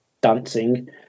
dancing